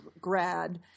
grad